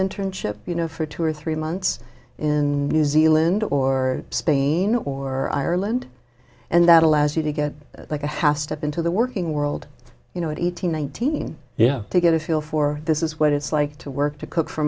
internship you know for two or three months in new zealand or spain or ireland and that allows you to get like a half step into the working world you know eighteen nineteen yeah to get a feel for this is what it's like to work to cook for